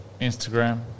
Instagram